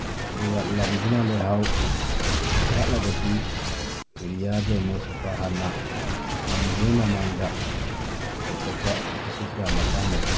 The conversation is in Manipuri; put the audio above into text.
ꯑꯗꯨꯒ ꯂꯝꯗꯨꯅ ꯂꯩꯍꯥꯎ ꯋꯥꯠꯂꯒꯗꯤ ꯌꯨꯔꯤꯌꯥ ꯁꯨꯄꯔ ꯗꯥꯏꯃꯣꯟ ꯍꯥꯟꯅ ꯂꯤꯡꯗ꯭ꯔꯤꯉꯩ ꯃꯃꯥꯡꯗ ꯆꯥꯏꯊꯣꯛꯄ ꯃꯁꯤꯁꯨ ꯌꯥꯝꯅ ꯀꯥꯟꯅꯩ